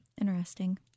Interesting